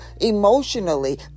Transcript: emotionally